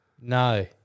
No